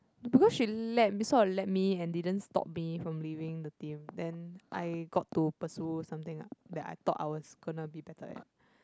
because she let sort of let me and didn't stop me from leaving the team then I got to pursue something that I thought I was gonna be better at